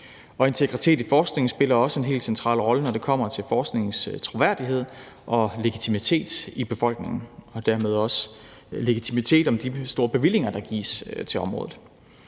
Integritet i forskningen spiller også en helt central rolle, når det kommer til forskningens troværdighed og legitimitet i befolkningen og dermed også legitimitet i forhold til de store bevillinger, der gives til området.